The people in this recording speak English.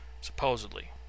supposedly